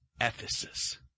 Ephesus